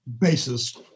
basis